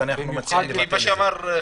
אז אנחנו מציעים לבטל את זה.